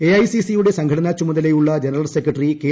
എഐസിസിയുടെ സംഘട്ടനാ പുമതലയുള്ള general secretary K